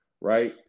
right